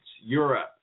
Europe